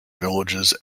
villages